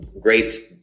great